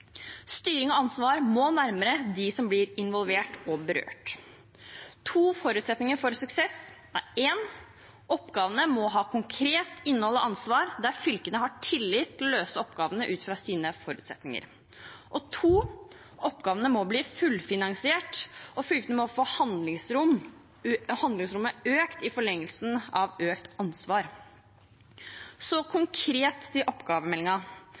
Styring og ansvar må nærmere dem som blir involvert og berørt. To forutsetninger for suksess er for det første at oppgavene må ha konkret innhold og ansvar, der fylkene har tillit til å løse oppgavene ut fra sine forutsetninger, og for det andre at oppgavene må bli fullfinansiert, og fylkene må få handlingsrommet økt i forlengelsen av økt ansvar. Så konkret til